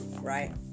right